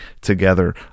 together